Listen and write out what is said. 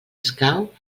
escau